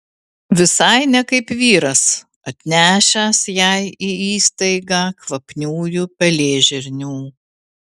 visai ne kaip vyras atnešęs jai į įstaigą kvapniųjų pelėžirnių